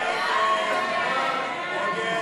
סעיף